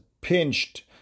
pinched